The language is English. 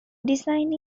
design